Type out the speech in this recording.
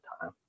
time